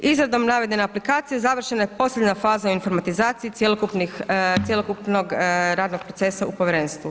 Izradom navedene aplikacije završena je posljednja faza informatizacije cjelokupnih, cjelokupnog radnog procesa u povjerenstvu.